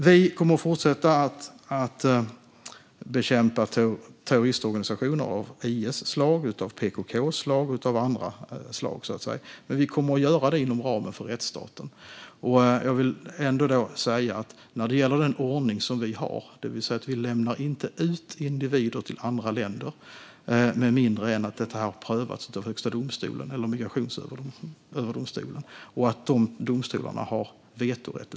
Vi kommer att fortsätta att bekämpa terroristorganisationer som IS, PKK eller andra organisationer, men vi kommer att göra det inom ramen för rättsstaten. Med den ordning som vi har, det vill säga att vi inte lämnar ut individer till andra länder med mindre än att det har prövats av Högsta domstolen eller Migrationsöverdomstolen - domstolarna har vetorätt.